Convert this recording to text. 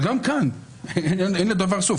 אבל גם כאן אין לדבר סוף.